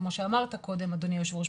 כמו שאמרת בצדק אדוני היושב-ראש.